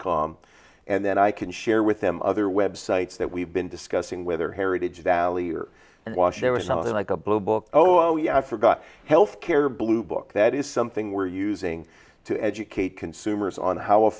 com and then i can share with them other web sites that we've been discussing with their heritage valley or and wash there was something like a blue book oh yeah i forgot health care blue book that is something we're using to educate consumers on how